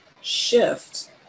shift